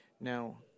Now